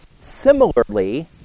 similarly